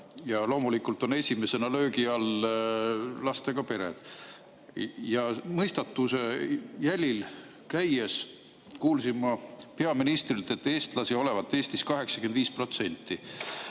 Ja loomulikult on esimesena löögi all lastega pered. Mõistatuse jälil käies kuulsin ma peaministrilt, et eestlasi olevat Eestis 85%.